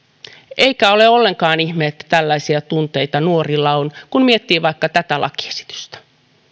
eikä ole ollenkaan ihme että tällaisia tunteita nuorilla on kun miettii vaikka tätä lakiesitystä